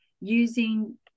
using